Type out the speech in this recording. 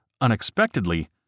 unexpectedly